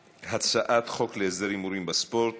הצעת חוק להסדר ההימורים בספורט